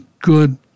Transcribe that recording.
good